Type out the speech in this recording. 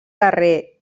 guerrer